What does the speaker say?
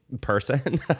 person